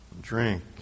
drink